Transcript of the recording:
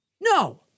No